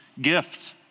gift